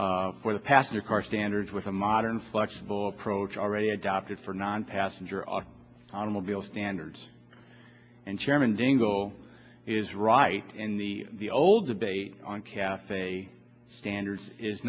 for the past year car standards with a modern flexible approach already adopted for non passenger or automobile standards and chairman dingell is right in the the old debate on cathay standards is